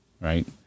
right